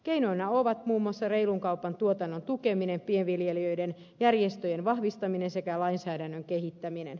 keinoina ovat muun muassa reilun kaupan tuotannon tukeminen pienviljelijöiden järjestöjen vahvistaminen sekä lainsäädännön kehittäminen